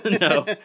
No